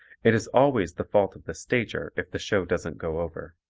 it is always the fault of the stager if the show doesn't go over.